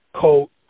coat